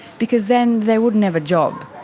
because then they wouldn't have a job.